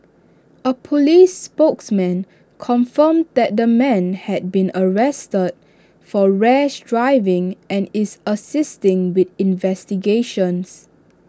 A Police spokesman confirmed that the man had been arrested for rash driving and is assisting with investigations